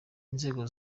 inzego